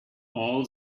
all